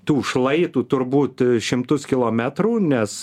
tų šlaitų turbūt šimtus kilometrų nes